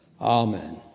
Amen